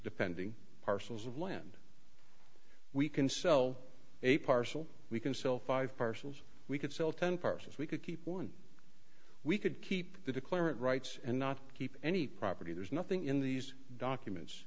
depending parcels of land we can sell a parcel we can sell five parcels we could sell ten persons we could keep one we could keep the declarant rights and not keep any property there's nothing in these documents